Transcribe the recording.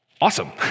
awesome